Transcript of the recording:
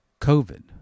COVID